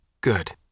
good